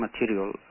material